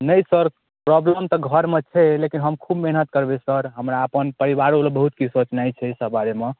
नहि sir guardian तऽ घरमे छै लेकिन हम खूब मेहनत करबै सर हमरा अपन परिवारो लए बहुत किछु सोचनाइ छै अइ सब बारेमे